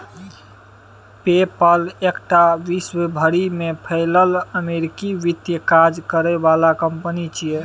पे पल एकटा विश्व भरि में फैलल अमेरिकी वित्तीय काज करे बला कंपनी छिये